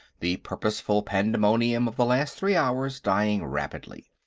the purposeful pandemonium of the last three hours dying rapidly.